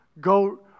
Go